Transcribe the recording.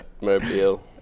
Mobile